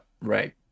Right